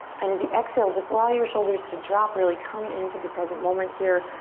and as you exhale, just allow your shoulders to drop, really come into the present moment here.